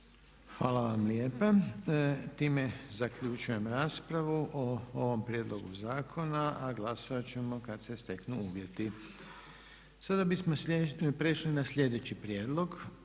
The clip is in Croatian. Hvala vam lijepo. Time zaključujem raspravu o ovom konačnom prijedlogu zakona. Glasovat ćemo kad se steknu uvjeti. Mi ćemo time završiti ujedno